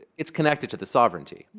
it's connected to the sovereignty.